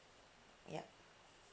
ya